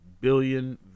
billion